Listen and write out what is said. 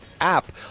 app